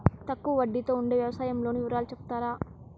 తక్కువ వడ్డీ తో ఉండే వ్యవసాయం లోను వివరాలు సెప్తారా?